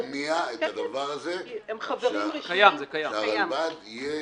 אני רוצה להטמיע את זה, שהרלב"ד יהיה